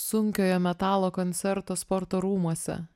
sunkiojo metalo koncerto sporto rūmuose